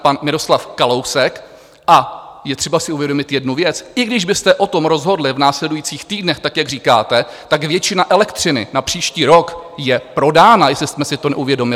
A je třeba si uvědomit jednu věc: i když byste o tom rozhodli v následujících týdnech, tak jak říkáte, tak většina elektřiny na příští rok je prodána, jestli jsme si to neuvědomili.